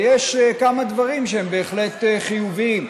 ויש כמה דברים שהם בהחלט חיוביים,